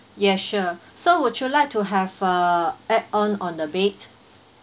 yes sure so would you like to have uh add on on the bed